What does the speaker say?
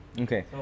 Okay